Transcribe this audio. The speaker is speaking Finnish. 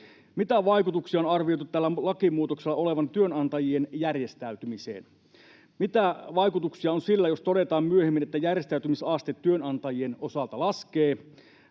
Mitä vaikutuksia on arvioitu tällä lakimuutoksella olevan työnantajien järjestäytymiseen? Mitä vaikutuksia on sillä, jos todetaan myöhemmin, että järjestäytymisaste työnantajien osalta laskee?